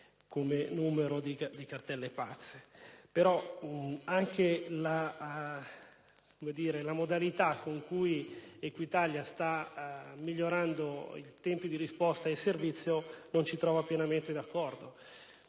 far rizzare i capelli. Comunque, anche la modalità con cui Equitalia sta migliorando i tempi di risposta e il servizio non ci trova pienamente d'accordo.